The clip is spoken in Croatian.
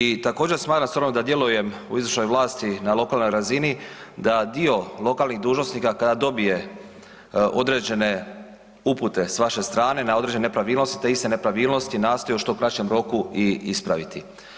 I također smatram stvarno da djelujem u izvršnoj vlasti na lokalnoj razini, da dio lokalnih dužnosnika kada dobije određene upute s vaše strane na određene nepravilnosti, te iste nepravilnosti nastoje u što kraćem roku i ispraviti.